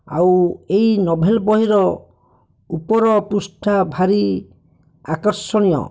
ଆଉ ଏହି ନୋଭେଲ ବହିର ଉପର ପୃଷ୍ଠା ଭାରି ଆକର୍ଷଣୀୟ